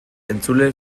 entzule